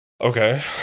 Okay